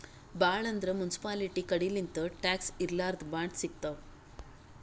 ಭಾಳ್ ಅಂದ್ರ ಮುನ್ಸಿಪಾಲ್ಟಿ ಕಡಿಲಿಂತ್ ಟ್ಯಾಕ್ಸ್ ಇರ್ಲಾರ್ದ್ ಬಾಂಡ್ ಸಿಗ್ತಾವ್